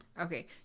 Okay